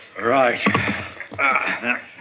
Right